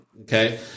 Okay